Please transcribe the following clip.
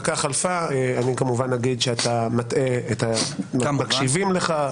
אני כמובן אגיד שאתה מטעה את המקשיבים לך.